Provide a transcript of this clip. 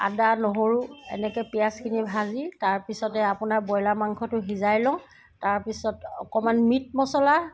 আদা নহৰু এনেকৈ পিঁয়াজখিনি ভাজি তাৰপিছতে আপোনাৰ ব্ৰইলাৰ মাংসটো সিজাই লওঁ তাৰপিছত অকণমান মিট মচলা